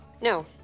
No